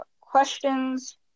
questions